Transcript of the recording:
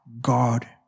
God